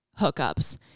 hookups